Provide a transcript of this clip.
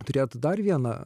turėt dar vieną